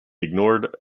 ignored